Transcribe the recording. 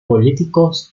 políticos